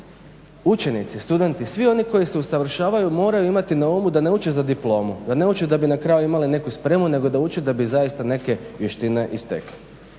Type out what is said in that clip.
Učenici, studenti, svi oni koji se usavršavaju moraju imati na umu da ne uče za diplomu, da ne uče da bi na kraju imali neku spremu, nego da uče da bi zaista neke vještine i stekli.